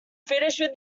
finished